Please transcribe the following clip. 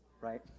Right